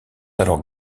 alors